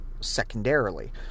secondarily